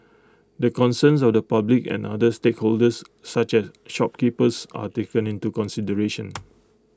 the concerns of the public and other stakeholders such as shopkeepers are taken into consideration